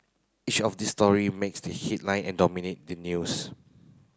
each of these story makes the headline and dominate the news